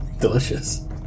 Delicious